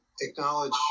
acknowledge